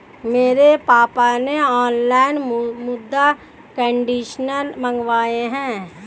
मेरे पापा ने ऑनलाइन मृदा कंडीशनर मंगाए हैं